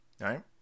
right